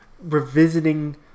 revisiting